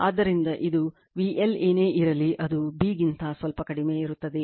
ಆದ್ದರಿಂದ ಇದು VL ಏನೇ ಇರಲಿ ಅದು b ಗಿಂತ ಸ್ವಲ್ಪ ಕಡಿಮೆ ಇರುತ್ತದೆ